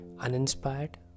Uninspired